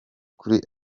kuri